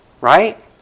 Right